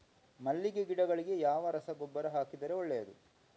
ಮಲ್ಲಿಗೆ ಗಿಡಗಳಿಗೆ ಯಾವ ರಸಗೊಬ್ಬರ ಹಾಕಿದರೆ ಒಳ್ಳೆಯದು?